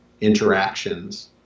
interactions